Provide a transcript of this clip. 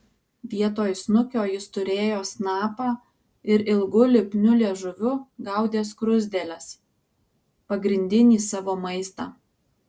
vietoj snukio jis turėjo snapą ir ilgu lipniu liežuviu gaudė skruzdėles pagrindinį savo maistą